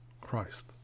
Christ